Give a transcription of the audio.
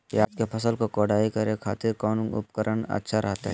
प्याज के फसल के कोढ़ाई करे खातिर कौन उपकरण अच्छा रहतय?